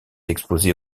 exposées